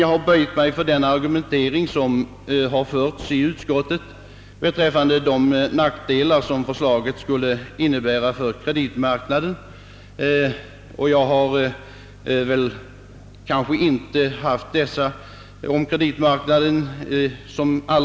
Jag har dock böjt mig för den argumentering som förts i utskottet. Förslaget innebär nackdelar för kre ditmarknaden, men detta har inte för mig varit det avgörande skälet.